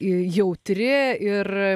jautri ir